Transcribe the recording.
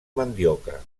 mandioca